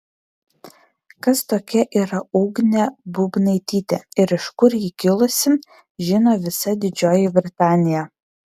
kas tokia yra ugnė bubnaitytė ir iš kur ji kilusi žino visa didžioji britanija